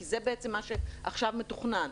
כי זה בעצם מה שעכשיו מתוכנן.